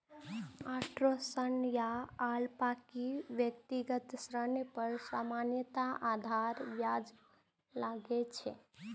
auto ऋण या अल्पकालिक व्यक्तिगत ऋण पर सामान्यतः साधारण ब्याज लागै छै